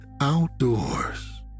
outdoors